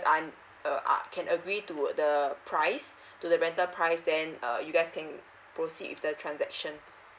um uh can agree to the price to the rental price then uh you guys can proceed with the transaction